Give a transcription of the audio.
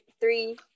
Three